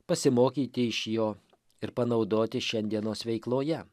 pasimokyti iš jo ir panaudoti šiandienos veikloje